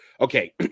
okay